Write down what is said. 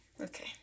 Okay